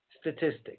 statistics